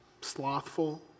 slothful